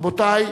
רבותי,